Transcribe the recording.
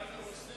ההצעה